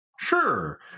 Sure